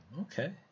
okay